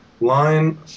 line